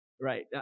right